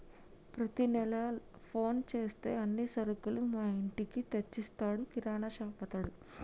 ప్రతి నెల ఫోన్ చేస్తే అన్ని సరుకులు మా ఇంటికే తెచ్చిస్తాడు కిరాణాషాపతడు